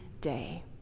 day